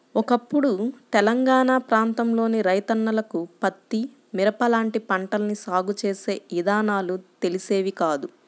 ఒకప్పుడు తెలంగాణా ప్రాంతంలోని రైతన్నలకు పత్తి, మిరప లాంటి పంటల్ని సాగు చేసే విధానాలు తెలిసేవి కాదు